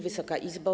Wysoka Izbo!